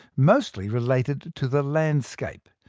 mostly related to the landscape.